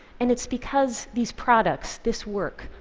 and it's because these products, this work,